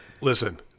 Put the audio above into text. Listen